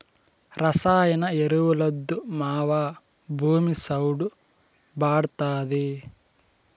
రసాయన ఎరువులొద్దు మావా, భూమి చౌడు భార్డాతాది